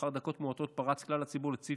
ולאחר דקות מועטות פרץ כלל הציבור לציר